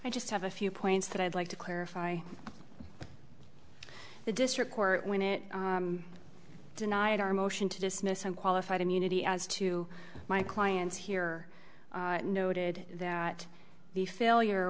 i just have a few points that i'd like to clarify the district court when it denied our motion to dismiss some qualified immunity as to my client's here noted that the failure